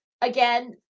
again